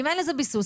אם אין לזה ביסוס,